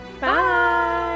Bye